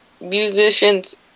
musicians